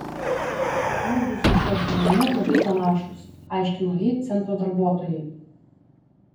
mudu su šiuo šunimi labai panašūs paaiškino ji centro darbuotojai